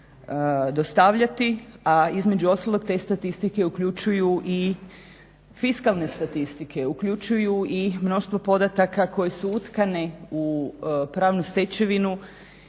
a između ostalog te statistike uključuju i fiskalne statistike, uključuju i mnoštvo podataka koje su utkane u pravnu stečevinu